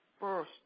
first